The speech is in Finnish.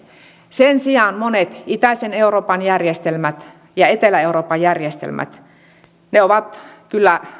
sen sijaan monet itäisen euroopan järjestelmät ja etelä euroopan järjestelmät ovat kyllä